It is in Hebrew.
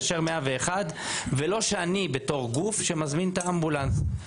כשאתה מתקשר 101 ולא כשאני מזמין את האמבולנס כגוף,